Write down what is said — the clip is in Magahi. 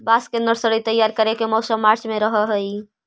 बांस के नर्सरी तैयार करे के मौसम मार्च में रहऽ हई